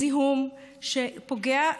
הזיהום שפוגע,